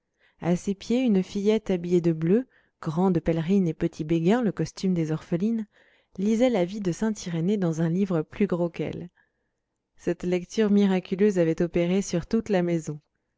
à ses pieds une fillette habillée de bleu grande pèlerine et petit béguin le costume des orphelines lisait la vie de saint irénée dans un livre plus gros qu'elle cette lecture miraculeuse avait opéré sur toute la maison